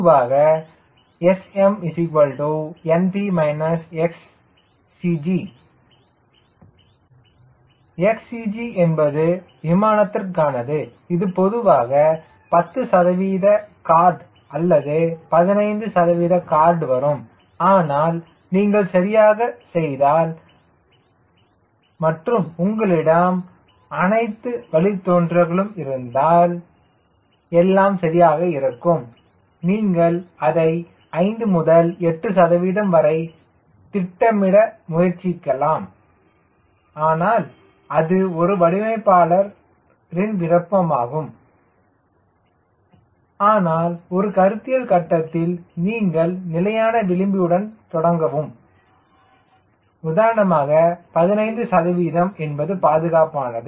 பொதுவாக 𝑆𝑀 NP XCG Xcg என்பது விமானத்திற்கானது இது பொதுவாக 10 சதவீத கார்டு அல்லது 15 சதவீத கார்டு வரும் ஆனால் நீங்கள் சரியாக செய்தார் மற்றும் உங்களிடம் அனைத்து வழித்தோன்றல்களும் இருந்தால் எல்லாம் சரியாக இருக்கும் நீங்கள் அதை 5 முதல் 8 சதவீதம் வரை திட்டமிட முயற்சி செய்யலாம் ஆனால் அது ஒரு வடிவமைப்பாளரின் விருப்பம் ஆனால் ஒரு கருத்தியல் கட்டத்தில் நீங்கள் நிலையான விளிம்புடன் தொடங்குவோம் உதாரணமாக 15 சதவீதம் என்பது பாதுகாப்பானது